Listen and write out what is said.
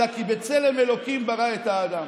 אלא כי בצלם אלוקים ברא את האדם.